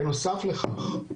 בנוסף לכך,